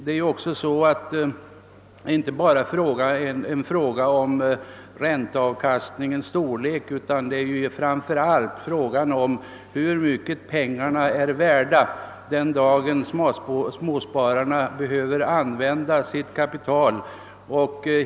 Det är inte bara en fråga om ränteavkastningens storlek, utan framför allt en fråga om hur mycket pengarna är värda den dag då småspararna behöver sitt kapital.